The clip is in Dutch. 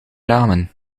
ramen